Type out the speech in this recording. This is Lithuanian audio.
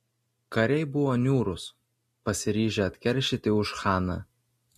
kariai buvo niūrūs pasiryžę atkeršyti už chaną